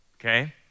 Okay